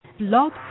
Blog